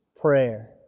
prayer